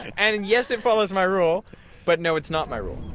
and and yes it follows my rule but no it's not my rule.